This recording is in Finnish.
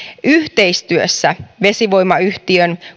yhteistyössä vesivoimayhtiön